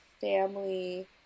family